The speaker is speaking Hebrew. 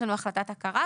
יש לנו החלטת הכרה,